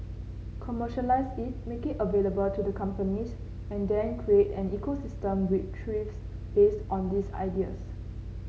commercialise it make it available to the companies and then create an ecosystem which thrives based on these ideas